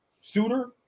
suitor